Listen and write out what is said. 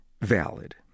valid